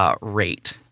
rate